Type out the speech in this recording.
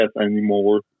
anymore